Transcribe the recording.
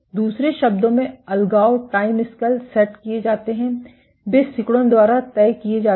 दूसरे शब्दों में अलगाव टाइमस्केल सेट किए जाते हैं वे सिकुड़न द्वारा तय किए जाते हैं